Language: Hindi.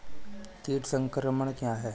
कीट संक्रमण क्या है?